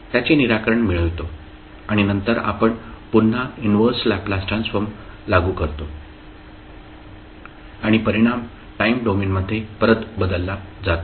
त्याचे निराकरण मिळवतो आणि नंतर आपण पुन्हा इनव्हर्स लॅपलास ट्रान्सफॉर्म लागू करतो आणि परिणाम टाईम डोमेनमध्ये परत बदलला जातो